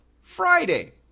Friday